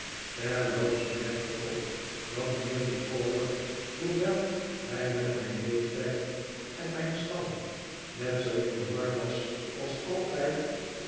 terloops merkte ik op dat mijnheer micawber hoewel hij met mijn leeftijd en stand net zoo in de war was als altijd